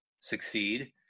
succeed